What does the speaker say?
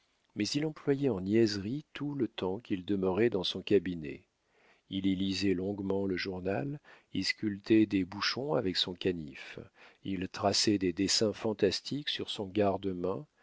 mais il employait en niaiseries tout le temps qu'il demeurait dans son cabinet il y lisait longuement le journal il sculptait des bouchons avec son canif il traçait des dessins fantastiques sur son garde main